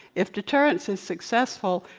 if deterrence is successful,